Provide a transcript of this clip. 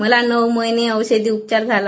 मला नऊ महिने औषोधोपचार झाला